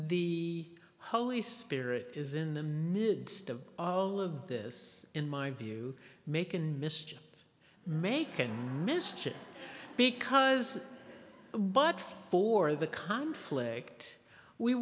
the holy spirit is in the mirror of all of this in my view making mischief making mischief because but for the conflict we